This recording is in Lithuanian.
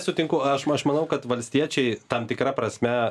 sutinku aš aš manau kad valstiečiai tam tikra prasme